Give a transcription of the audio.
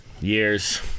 Years